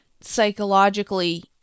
psychologically